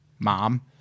Mom